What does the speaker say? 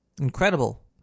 incredible